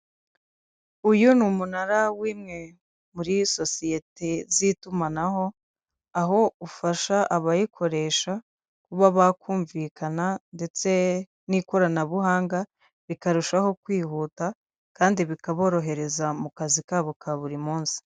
Uyu ni umunara w'imwe muri sosiyete z'itumanaho, aho ufasha abayikoresha kuba bakumvikana ndetse n'ikoranabuhanga bikarushaho kwihuta, kandi bikaborohereza mu kazi kabo ka buri muns.i